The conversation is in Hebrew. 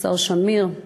השר שמיר,